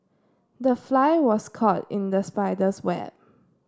the fly was caught in the spider's web